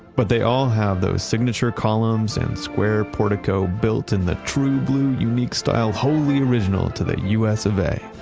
but they all have those signature columns and square portico built in the true blue unique style wholly original to the us of a.